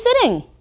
sitting